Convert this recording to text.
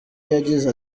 yagize